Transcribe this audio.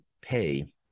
pay